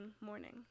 morning